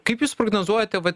kaip jūs prognozuojate va